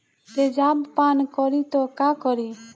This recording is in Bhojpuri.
तेजाब पान करी त का करी?